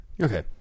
Okay